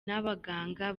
n’abaganga